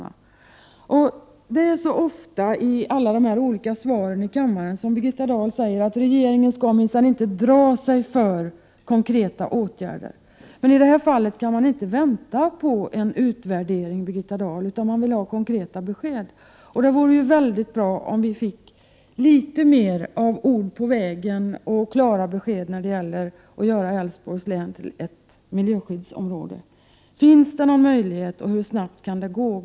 Birgitta Dahl säger ofta i sina svar här i kammaren att regeringen minsann inte skall dra sig för konkreta åtgärder. Men i det här fallet kan man inte vänta på en utvärdering, Birgitta Dahl. Man vill i stället ha konkreta besked. Det vore väldigt bra om vi finge litet mer av ord på vägen och klara besked när det gäller att göra Älvsborgs län till ett miljöskyddsområde. Finns det någon sådan möjlighet, och hur snabbt kan det ske?